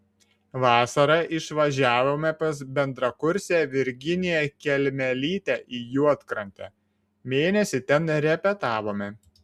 vasarą išvažiavome pas bendrakursę virginiją kelmelytę į juodkrantę mėnesį ten repetavome